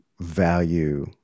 value